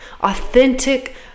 authentic